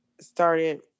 started